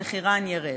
מחירן ירד.